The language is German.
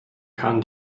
kann